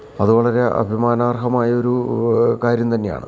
അത് വളരെ അഭിമാനാർഹമായൊരു കാര്യം തന്നെയാണ്